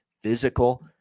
physical